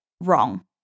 Wrong